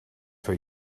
for